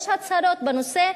יש הצהרות בנושא.